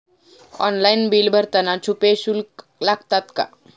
Online bill भरताना छुपे शुल्क लागतात का?